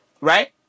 Right